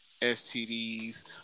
STDs